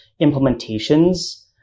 implementations